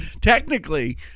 Technically